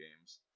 games